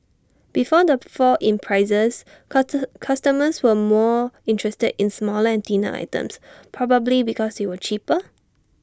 before the fall in prices cuter customers were more interested in smaller and thinner items probably because they were cheaper